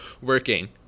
working